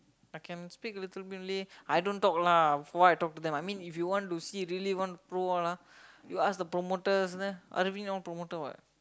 I can speak little bit only I don't talk lah for what I talk to them I mean if you want to see really want pro all ah you ask the promoters there uh Davin know promoter what